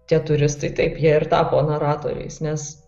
tie turistai taip jie ir tapo naratoriais nes